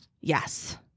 Yes